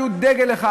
היה להם דגל אחד,